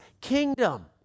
kingdom